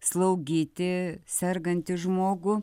slaugyti sergantį žmogų